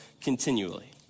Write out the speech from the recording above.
continually